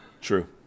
True